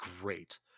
great